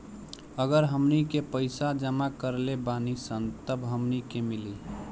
अगर हमनी के पइसा जमा करले बानी सन तब हमनी के मिली